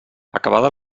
acabada